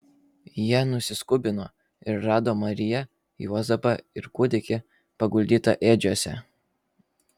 jie nusiskubino ir rado mariją juozapą ir kūdikį paguldytą ėdžiose